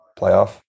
playoff